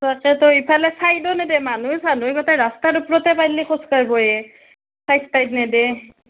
তাতছেতো ইফালে ছাইডো নিদিয়ে মানুহে চানুহে গোটেই ৰাস্তাৰ ওপৰতে পাৰিলে খোজ কাঢ়িব এ ছাইড টাইড নিদিয়ে